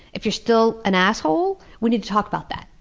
if you're still an asshole, we need to talk about that.